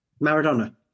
Maradona